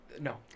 No